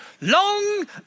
long